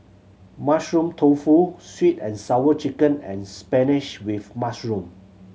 Mushroom Tofu Sweet And Sour Chicken and spinach with mushroom